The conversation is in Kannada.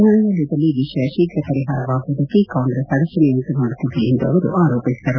ನ್ವಾಯಾಲಯದಲ್ಲಿ ವಿಷಯ ಶೀಪು ಪರಿಹಾರವಾಗುವುದಕ್ಕೆ ಕಾಂಗ್ರೆಸ್ ಅಡಚಣೆ ಮಾಡುತ್ತಿದೆ ಎಂದು ಆರೋಪಿಸಿದರು